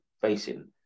facing